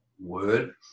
word